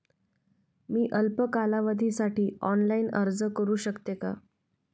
मी अल्प कालावधीसाठी ऑनलाइन अर्ज करू शकते का?